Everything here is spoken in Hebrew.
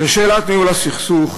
ולשאלת ניהול הסכסוך,